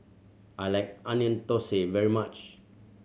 I like Onion Thosai very much